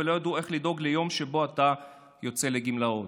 ולא ידעו איך לדאוג ליום שבו אתה יוצא לגמלאות.